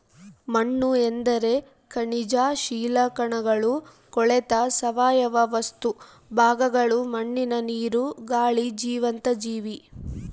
ಮಣ್ಣುಎಂದರೆ ಖನಿಜ ಶಿಲಾಕಣಗಳು ಕೊಳೆತ ಸಾವಯವ ವಸ್ತು ಭಾಗಗಳು ಮಣ್ಣಿನ ನೀರು, ಗಾಳಿ ಜೀವಂತ ಜೀವಿ